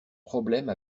problème